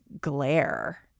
glare